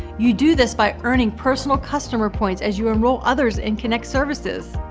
you do this by earning personal customer points as you enroll others in kynect services.